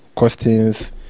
questions